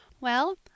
Well